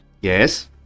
Yes